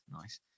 Nice